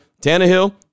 Tannehill